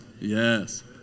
Yes